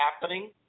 happening